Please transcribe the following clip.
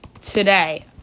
today